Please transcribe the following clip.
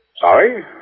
Sorry